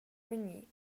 vegnir